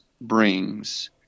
brings